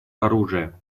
оружия